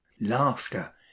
laughter